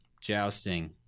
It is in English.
jousting